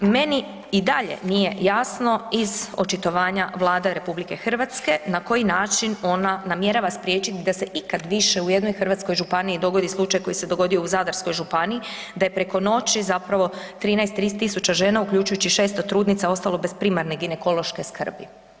Meni i dalje nije jasno iz očitovanja Vlade RH na koji način ona namjerava spriječiti da se ikad više u jednoj hrvatskoj županiji dogodio slučaj koji se dogodio u Zadarskoj županiji, da je preko noći zapravo 13 000 žena, uključujući i 600 trudnica ostalo bez primarne ginekološke skrbi.